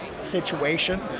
situation